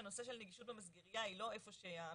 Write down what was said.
שהנושא של נגישות במסגרייה היא לא איפה שהמכונות,